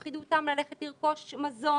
הפחידו אותם ללכת לרכוש מזון,